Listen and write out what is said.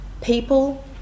people